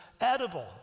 edible